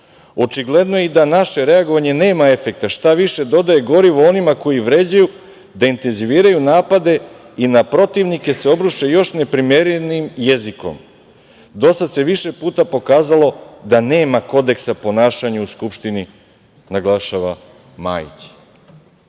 Očigledno je i da naše reagovanje nema efekta. Šta više, dodaje gorivo onima koji vređaju da intenziviraju napade i na protivnike se obruše još neprimerenijim jezikom. Do sada se više puta pokazalo da nema kodeksa ponašanja u Skupštini, naglašava